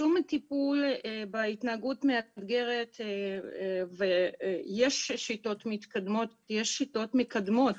אין שום טיפול בהתנהגות מאתגרת ויש שיטות מתקדמות ומקדמות